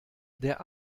der